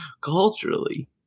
culturally